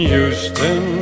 Houston